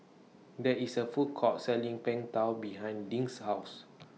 There IS A Food Court Selling Png Tao behind Dink's House